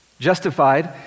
Justified